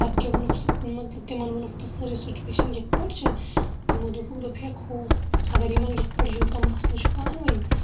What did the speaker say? پَتہٕ کیاہ ووٚنُکھ سُہ مَطلَب تِمَن وُوٚنُکھ پَتہٕ سٲرے سچُویشَن یِتھ پٲٹھۍ چھِ تمو دوپُکھ دوپہٕ ہیٚکھ ہُہ اگر یِمَن یِتہ پٲٹھۍ یوٗتاہ مَسلہٕ چھُ پانہٕ ونۍ